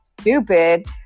stupid